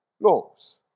laws